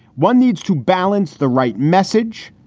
one needs to balance the right message,